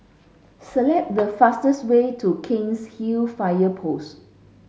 select the fastest way to Cairnhill Fire Post